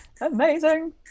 amazing